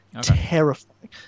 Terrifying